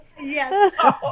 Yes